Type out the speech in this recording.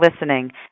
listening